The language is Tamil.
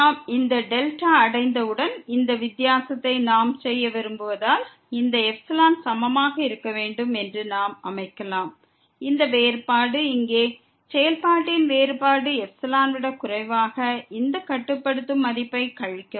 நாம் இந்த δஐ அடைந்தவுடன் இந்த வித்தியாசத்தை நாம் செய்ய விரும்புவதால் இந்த ε சமமாக இருக்க வேண்டும் என்று நாம் அமைக்கலாம் இந்த வேறுபாடு இங்கே செயல்பாட்டின் வேறுபாடு N மைனஸ் இந்த லிமிட்டிங் மதிப்பு ε ஐ விடக் குறைவாக இருக்கிறது